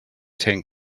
tank